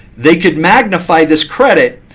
they can magnify this credit.